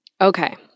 Okay